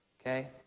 Okay